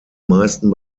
meisten